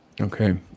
okay